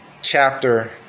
chapter